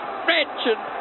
wretched